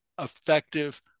effective